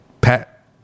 pet